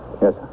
Yes